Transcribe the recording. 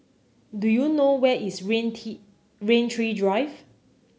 do you know where is Rain Tee Rain Tree Drive